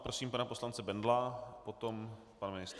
Prosím pana poslance Bendla, potom pan ministr.